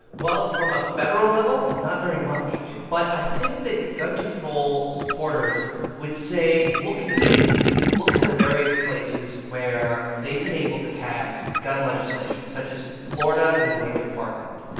well, from a federal level, not very much yeah but i think that gun control supporters would say, look at the states. look at the various places where they've been able to pass gun legislation, such as florida in the wake of parkland.